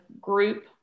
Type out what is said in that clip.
group